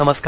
नमस्कार